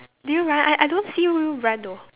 do you run I I don't see you you run though